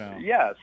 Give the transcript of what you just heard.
yes